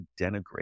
denigrate